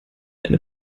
eine